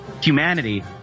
humanity